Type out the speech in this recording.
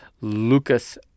Lucas